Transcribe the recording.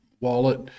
wallet